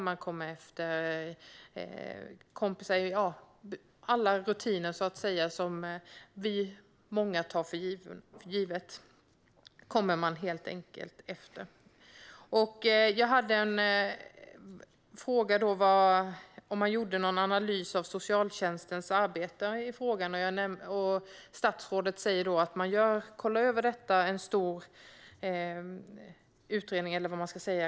Man kommer efter med kompisar. Alla rutiner som vi är många som tar för givna kommer man helt enkelt efter med. Jag ställde en fråga om huruvida man gjorde någon analys av socialtjänstens arbete i frågan. Statsrådet säger att man kollar över detta i en stor utredning, eller vad man ska kalla det.